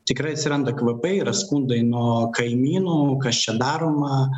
tikrai atsiranda kvapai yra skundai nuo kaimynų kas čia daroma